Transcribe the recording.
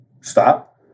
Stop